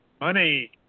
Money